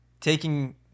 taking